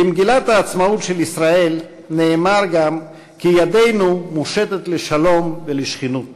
במגילת העצמאות של ישראל נאמר גם כי ידנו מושטת לשלום ולשכנות טובה.